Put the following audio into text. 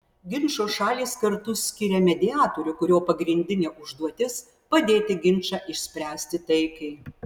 ginčo šalys kartu skiria mediatorių kurio pagrindinė užduotis padėti ginčą išspręsti taikiai